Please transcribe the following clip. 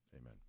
Amen